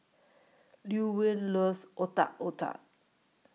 Llewellyn loves Otak Otak